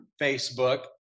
Facebook